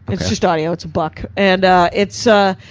it's just audio. it's a buck. and it's ah.